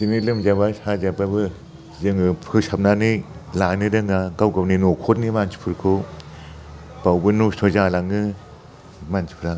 बिदिनो लोमजाबा साजाबाबो जोङो फोसाबनानै लानो रोङा गाव गावनि न'खरनि मानसिफोरखौ बेयावबो नस्थ' जालाङो मानसिफ्रा